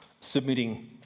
submitting